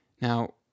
Now